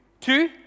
Two